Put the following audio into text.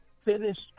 finished